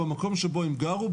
במקום שבו הם גרו,